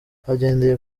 agendeye